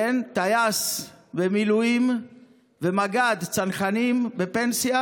טייס במילואים ומג"ד צנחנים בפנסיה,